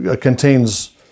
contains